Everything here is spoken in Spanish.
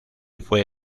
fue